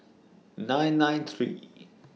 nine nine three